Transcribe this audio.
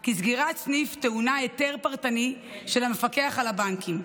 כי סגירת סניף טעונה היתר פרטני של המפקח על הבנקים.